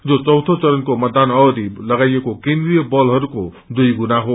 जो चौथे चरण्को मतदान अवधि लागाईएका केन्द्रिय बलहरूको दुइ्गुणा हो